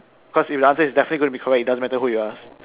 cause if answer is definitely going to be correct it doesn't matter who you ask